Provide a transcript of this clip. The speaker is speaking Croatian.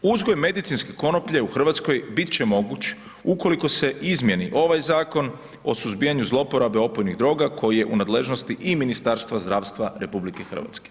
Uzgoj medicinske konoplje u Hrvatskoj bit će moguć ukoliko se izmijeni ovaj Zakon o suzbijanju zlouporabe opojnih droga koji je u nadležnosti i Ministarstva zdravstva RH.